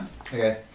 Okay